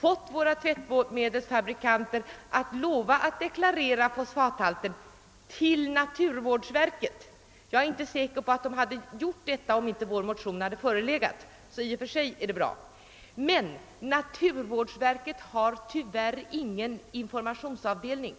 fått våra tvättmedelsfabrikanter att lova att deklarera fosfathalten — till naturvårdsverket. Jag är inte säker på att de hade gjort ens detta, om inte vår motion hade förelegat, så att i och för sig är det bra. Men naturvårdsverket har tyvärr ingen informationsavdelning.